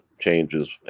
changes